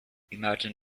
imagine